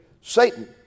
Satan